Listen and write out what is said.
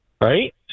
right